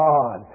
God